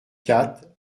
quatre